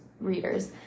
readers